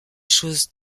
choses